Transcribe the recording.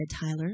Tyler